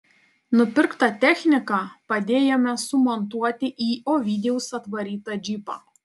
nupirktą techniką padėjome sumontuoti į ovidijaus atvarytą džipą